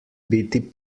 biti